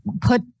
put